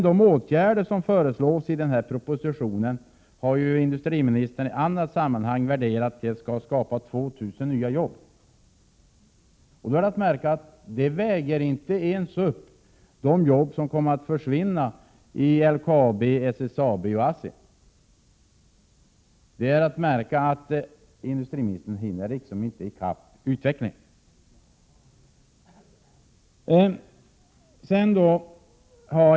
De åtgärder som föreslås i den här propositionen har ju industriministern i annat sammanhang värderat så, att de skall skapa 2 000 nya jobb. Då är att märka att det inte ens väger upp de jobb som kommer att försvinna i LKAB, SSAB och ASSI. Industriministern hinner liksom inte i kapp utvecklingen.